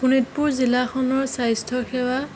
শোণিতপুৰ জিলাখনৰ স্বাস্থ্যসেৱা